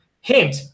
Hint